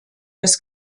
des